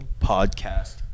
podcast